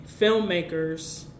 filmmakers